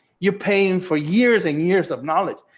you're paying for years and years of knowledge?